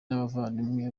n’abavandimwe